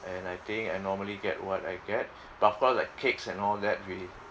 and I think I normally get what I get but of course like cakes and all that we